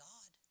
God